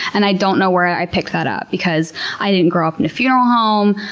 and i don't know where i picked that up, because i didn't grow up in a funeral home,